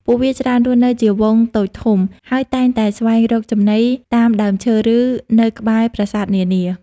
ពួកវាច្រើនរស់នៅជាហ្វូងតូចធំ ហើយតែងតែស្វែងរកចំណីតាមដើមឈើ ឬនៅក្បែរប្រាសាទនានា។